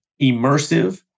immersive